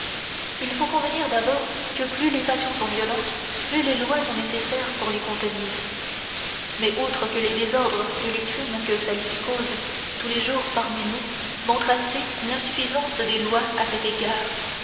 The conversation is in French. il faut convenir d'abord que plus les passions sont violentes plus les lois sont nécessaires pour les contenir mais outre que les désordres et les crimes que celles-ci causent tous les jours parmi nous montrent assez l'insuffisance des lois à cet égard